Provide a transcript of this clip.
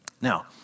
Now